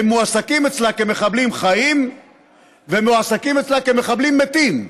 הם מועסקים אצלה כמחבלים חיים ומועסקים אצלה כמחבלים מתים.